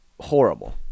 horrible